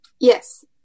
Yes